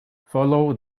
follow